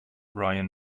ryan